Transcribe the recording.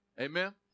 Amen